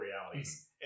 realities